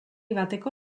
bateko